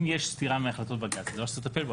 אם יש סתירה מהחלטות בג"ץ, זה דבר שצריך לטפל בו.